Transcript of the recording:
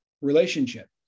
relationship